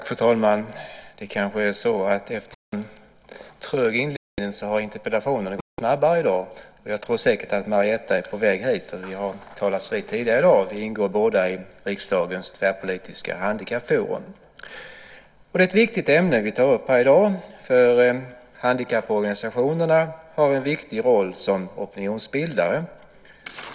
Fru talman! Det kanske är så att interpellationsdebatterna efter en trög inledning i dag har börjat gå snabbare. Jag tror säkert att Marietta de Pourbaix-Lundin är på väg hit, för vi har talats vid tidigare i dag. Vi ingår båda i riksdagens tvärpolitiska handikappforum. Det är ett viktigt ämne som vi tar upp här i dag, för handikapporganisationerna har en viktig roll som opinionsbildare.